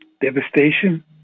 devastation